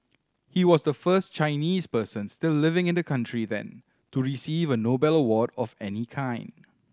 he was the first Chinese person still living in the country then to receive a Nobel award of any kind